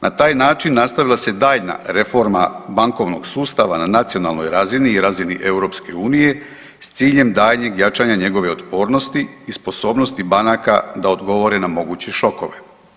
Na taj način nastavila se daljnja reforma bankovnog sustava na nacionalnoj razini i razini EU s ciljem daljnjeg jačanja njegove otpornosti i sposobnosti banaka da odgovore na moguće šokove.